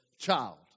child